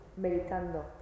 Meditando